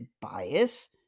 bias